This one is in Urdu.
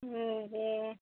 ہوں جی